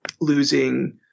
losing